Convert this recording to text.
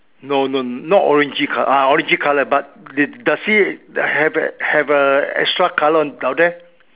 no no not orangey colour ah orangey colour but they does it have a have a extra colour down there